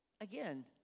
Again